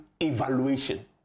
evaluation